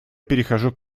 перехожу